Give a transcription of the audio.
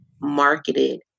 marketed